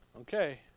Okay